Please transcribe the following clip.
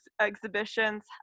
exhibitions